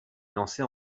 lancée